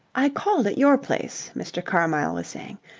i called at your place, mr. carmyle was saying,